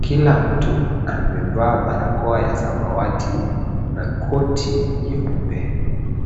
Kila mtu amevaa barakoa ya samawati na koti nyeupe.